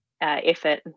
effort